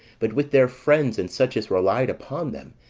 but with their friends, and such as relied upon them,